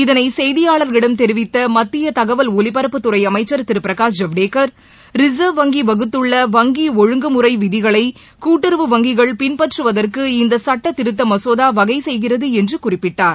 இதனை செய்தியாளர்களிடம் தெரிவித்த மத்திய தகவல் ஒலிபரப்புத்துறை அமைச்சர் திரு பிரகாஷ் ஜவ்டேக்கர் ரிசர்வ் வங்கி வகுத்துள்ள வங்கி ஒழுங்குமுறை விதிகளை கூட்டுறவு வங்கிகள் பின்பற்றுவதற்கு இந்த சட்டதிருத்த மசோதா வகை செய்கிறது என்று குறிப்பிட்டார்